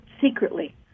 secretly